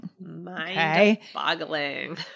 Mind-boggling